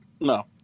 No